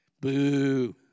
Boo